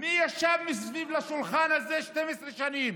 מי ישב מסביב לשולחן הזה 12 שנים.